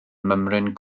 mymryn